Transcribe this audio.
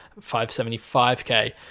575k